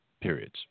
periods